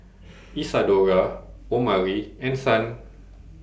Isadora Omari and Son